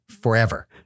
forever